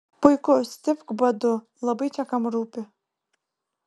puiku stipk badu labai čia kam rūpi